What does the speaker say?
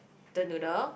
the noodle